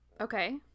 okay